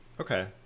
Okay